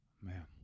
Man